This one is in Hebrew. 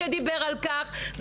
שדיבר על כך,